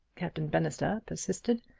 captain bannister persisted.